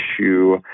issue